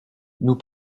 nous